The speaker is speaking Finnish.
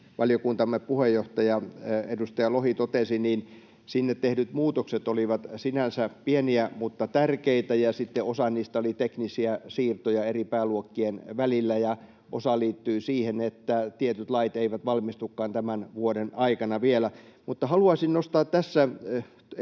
valiokuntamme puheenjohtaja, edustaja Lohi totesi, sinne tehdyt muutokset olivat sinänsä pieniä mutta tärkeitä, ja sitten osa niistä oli teknisiä siirtoja eri pääluokkien välillä, ja osa liittyy siihen, että tietyt lait eivät valmistukaan tämän vuoden aikana vielä. Haluaisin nostaa tässä